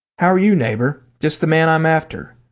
how are you, neighbour? just the man i'm after.